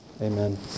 Amen